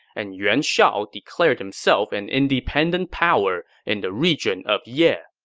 and yuan shao declared himself an independent power in the region of ye.